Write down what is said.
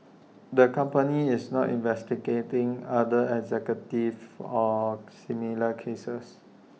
the company is not investigating other executives for or similar cases